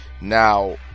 Now